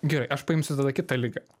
gerai aš paimsiu tada kitą ligą